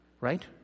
right